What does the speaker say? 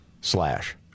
Slash